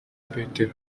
petero